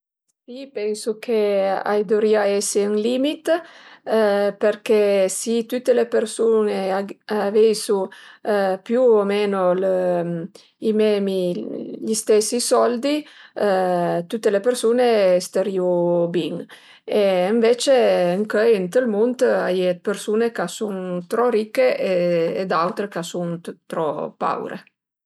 Si pensu ch'a i dëvrìa esi ën limit përché si tüte le persun-e aveisu più o menu lë i meme gli stesi soldi tüte le persun-e starìu bin e ënvecce ëncöi ënt ël munt a ie persun-e ch'a sun trop ricce e d'autre ch'a sun trop paure